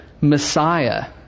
Messiah